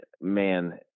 man